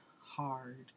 hard